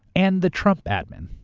and the trump admin,